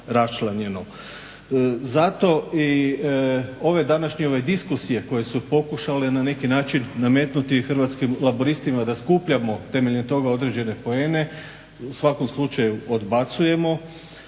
raščlanjeno. Zato i ove današnje diskusije koje su pokušale na neki način nametnuti Hrvatskim laburistima da skupljamo temeljem toga određene poene u svakom slučaju odbacujemo